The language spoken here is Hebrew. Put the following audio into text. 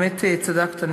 באמת צדקת,